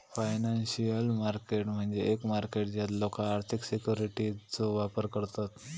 financial market म्हणजे एक market ज्यात लोका आर्थिक सिक्युरिटीजचो व्यापार करतत